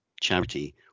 charity